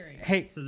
Hey